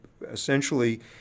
essentially